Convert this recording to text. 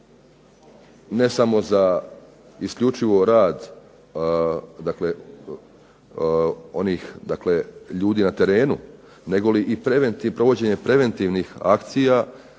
ne samo za isključivo rad onih ljudi na terenu nego i provođenje preventivnih akcija